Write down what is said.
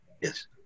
Yes